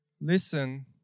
listen